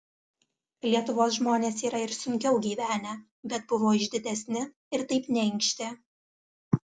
lietuvos žmonės yra ir sunkiau gyvenę bet buvo išdidesni ir taip neinkštė